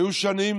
היו שנים